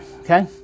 Okay